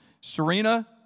Serena